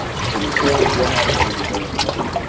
so the story is what happens when it doesn't rain?